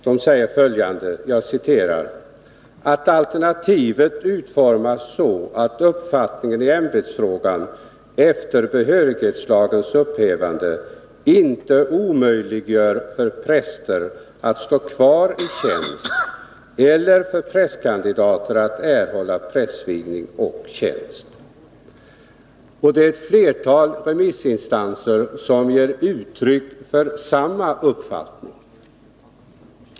Domkapitlet vill att alternativet utformas så, ”att uppfattningen i ämbetsfrågan efter behörighetslagens upphävande inte omöjliggör för präster att stå kvari tjänst eller för prästkandidater att erhålla prästvigning och tjänst”. Det är ett flertal remissinstanser som ger uttryck för samma uppfattning.